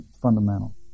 fundamental